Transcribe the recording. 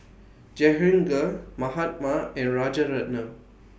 Jehangirr Mahatma and Rajaratnam